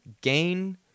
gain